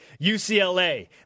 UCLA